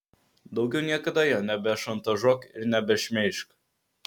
daugiau niekada jo nebešantažuok ir nebešmeižk